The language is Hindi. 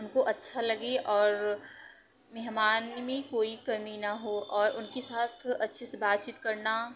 उनको अच्छा लगे और मेहमानी में कोई कमी ना हो और उनके साथ अच्छे से बातचीत करना